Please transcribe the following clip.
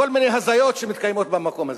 כל מיני הזיות שמתקיימות במקום הזה.